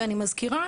ואני מזכירה